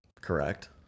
Correct